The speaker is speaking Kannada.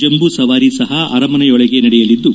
ಜಂಬೂ ಸವಾರಿ ಸಹ ಅರಮನೆಯೊಳಗೆ ನಡೆಯಲಿದ್ದು